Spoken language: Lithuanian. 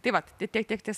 tai vat tiek tiek ties